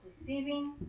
deceiving